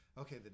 okay